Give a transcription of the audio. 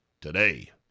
today